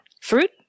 fruit